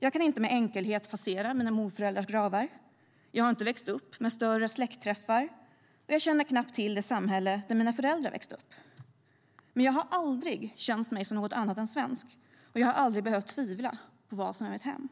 Jag kan inte med enkelhet passera mina morföräldrars gravar, jag har inte växt upp med större släktträffar och jag känner knappt till det samhälle där mina föräldrar växte upp. Men jag har aldrig känt mig som något annat än svensk, och jag har aldrig behövt tvivla på vad som är mitt hem.